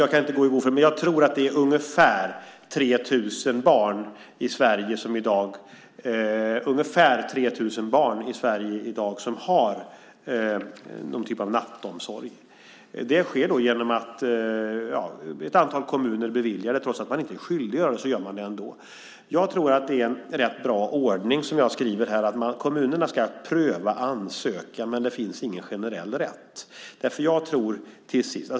Jag kan inte gå i god för den, men jag tror att det är ungefär 3 000 barn i Sverige i dag som har någon typ av nattomsorg. Det sker då genom att ett antal kommuner beviljar det. Trots att de inte är skyldiga att göra det så gör de det ändå. Jag tror att det är en rätt bra ordning, som jag skriver här, att kommunerna ska pröva en ansökan, men det finns ingen generell rätt.